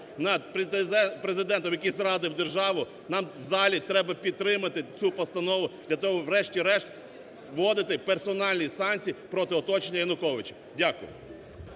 над Президентом, який зрадив державу, нам в залі треба підтримати цю постанову, врешті-решт, вводити персональні санкції проти оточення Януковича. Дякую.